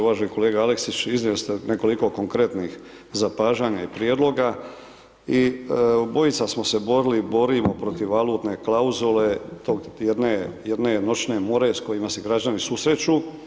Uvaženi kolega Aleksić, iznijeli ste nekoliko konkretnih zapažanja i prijedloga i obojica smo se borili i borimo protiv valutne klauzule, jedne noćne more s kojima se građani susreću.